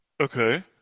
Okay